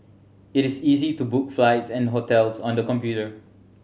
it is easy to book flights and hotels on the computer